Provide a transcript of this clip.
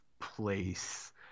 place